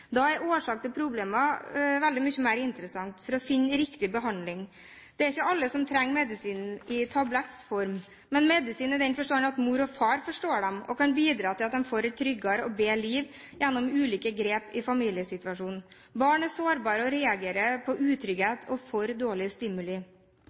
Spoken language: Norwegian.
Da er årsaken til problemene mye mer interessant for å finne riktig behandling. Det er ikke alle som trenger medisin i tabletts form, men medisin i den forstand at mor og far forstår dem og kan bidra til at de får et tryggere og bedre liv gjennom ulike grep i familiesituasjonen. Barn er sårbare og reagerer på